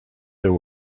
there